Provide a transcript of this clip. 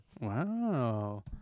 Wow